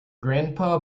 grandpa